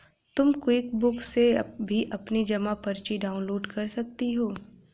तुम क्विकबुक से भी अपनी जमा पर्ची डाउनलोड कर सकती हो